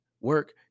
Work